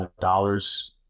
dollars